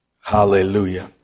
Hallelujah